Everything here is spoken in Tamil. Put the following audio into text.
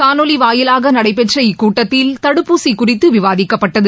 காணொலி வாயிலாக நடைபெற்ற இக்கூட்டத்தில் தடுப்பூசி குறித்து விவாதிக்கப்பட்டது